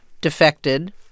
defected